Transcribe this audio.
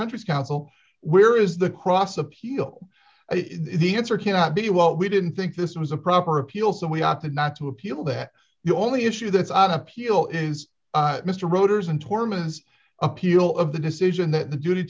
country's counsel where is the cross appeal the answer cannot be well we didn't think this was a proper appeal so we opted not to appeal that the only issue that's on appeal is mr rotors and hormones appeal of the decision that the duty